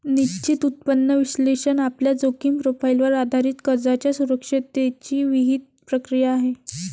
निश्चित उत्पन्न विश्लेषण आपल्या जोखीम प्रोफाइलवर आधारित कर्जाच्या सुरक्षिततेची विहित प्रक्रिया आहे